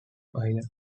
island